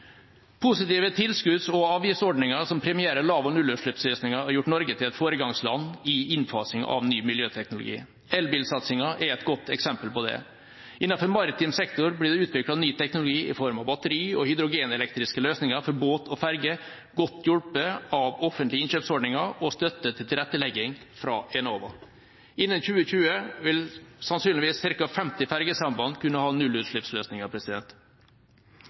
Positive tilskudds- og avgiftsordninger som premierer lav- og nullutslippsløsninger, har gjort Norge til et foregangsland i innfasingen av ny miljøteknologi. Elbilsatsingen er et godt eksempel på det. Innenfor maritim sektor blir det utviklet ny teknologi i form av batteri- og hydrogenelektriske løsninger for båt og ferge, godt hjulpet av offentlige innkjøpsordninger og støtte til tilrettelegging fra Enova. Innen 2020 vil sannsynligvis ca. 50 fergesamband kunne ha nullutslippsløsninger.